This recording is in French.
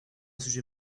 sujet